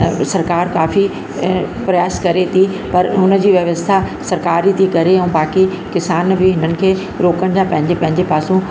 सरकारि काफ़ी प्रयास करे थी पर हुनजी व्यवस्था सरकारि ई थी करे ऐं बाक़ी किसान बि उन्हनि खे रोकंदा पंहिंजे पंहिंजे पासो